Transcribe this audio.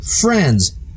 friends